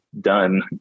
done